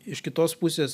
iš kitos pusės